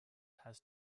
has